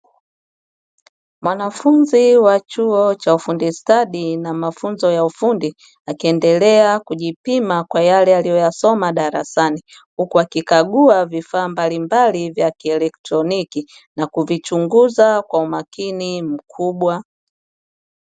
Mwanafunzi wa chuo cha ufundi stadi na mafunzo ya ufundi, akiendelea kujipima kwa yale aliyosoma darasani huku akikagua vifaa mbalimbali vya kielektroniki na kuvichunguza kwa umakini mkubwa.